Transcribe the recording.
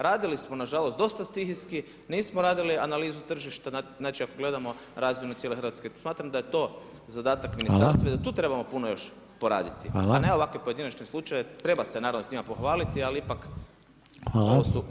Radili smo nažalost dosta stihijski, nismo radili analizu tržišta znači ako gledamo razinu cijele Hrvatske, smatram da je to zadatak ministarstva i da tu trebamo puno još poraditi, a ne ovako pojedinačni slučajevi, treba se naravno s njima pohvaliti, ali ipak ovo su makro podaci.